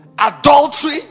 Adultery